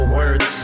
words